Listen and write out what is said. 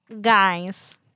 Guys